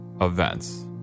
events